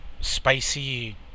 spicy